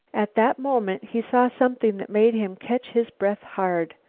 at that moment he saw something that made him catch his breath hard.